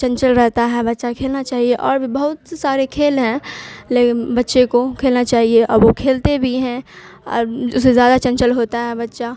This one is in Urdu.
چنچل رہتا ہے بچہ کھیلنا چاہیے اور بھی بہت سے سارے کھیل ہیں لیکن بچے کو کھیلنا چاہیے اور وہ کھیلتے بھی ہیں اور اس سے زیادہ چنچل ہوتا ہے بچہ